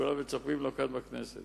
שכולם מצפים לו כאן בכנסת.